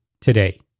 today